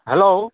hello